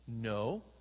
No